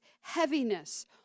heaviness